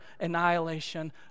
annihilation